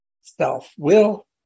self-will